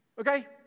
Okay